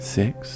six